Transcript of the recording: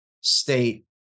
state